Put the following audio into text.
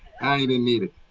i didn't need it.